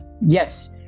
Yes